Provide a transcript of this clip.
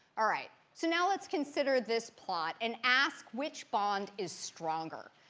all right, so now let's consider this plot and ask which bond is stronger?